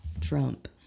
Trump